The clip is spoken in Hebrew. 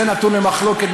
זה נתון למחלוקת,